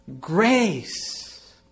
grace